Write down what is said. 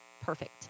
perfect